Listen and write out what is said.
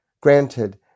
Granted